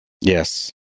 Yes